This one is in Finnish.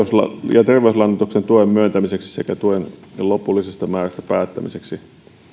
ja terveyslannoituksen tuen myöntämiseksi sekä tuen lopullisesta määrästä päättämiseksi